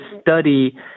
study